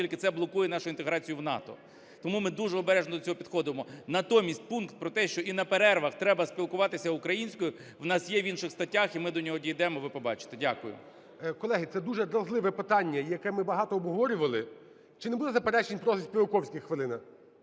оскілки це блокує нашу інтеграцію в НАТО. Тому ми дуже обережно до цього підходимо. Натомість пункт про те, що і на перервах треба спілкуватися українською в нас є в інших статях, і ми до нього дійдемо – ви побачите. Дякую. ГОЛОВУЮЧИЙ. Колеги, це дуже дразливе питання, яке ми багато обговорювали. Чи не буде заперечень, просить Співаковський, хвилина,